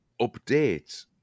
update